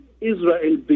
Israel